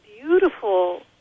beautiful